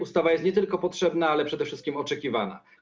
Ustawa jest nie tylko potrzebna, ale przede wszystkim jest oczekiwana.